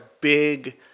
big